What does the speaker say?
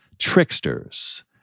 Tricksters